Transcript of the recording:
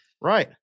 Right